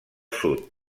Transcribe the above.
sud